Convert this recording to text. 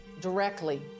directly